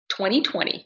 2020